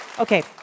Okay